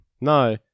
No